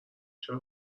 چرا